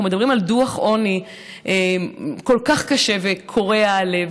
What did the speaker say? אנחנו מדברים על דוח עוני כל כך קשה וקורע לב,